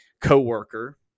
co-worker